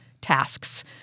tasks